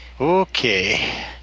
Okay